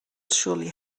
surely